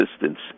assistance